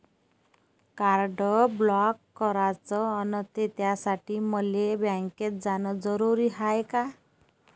Card block कराच असनं त त्यासाठी मले बँकेत जानं जरुरी हाय का?